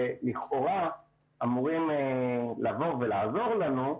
שלכאורה אמורים לעזור לנו,